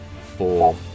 four